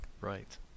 Right